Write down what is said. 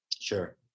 Sure